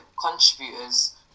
Contributors